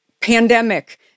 pandemic